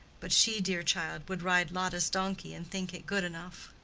but she, dear child, would ride lotta's donkey and think it good enough.